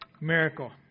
miracle